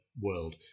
world